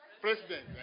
President